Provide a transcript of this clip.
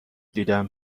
دیدم